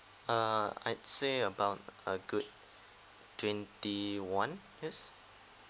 err I'd say about a good twenty one years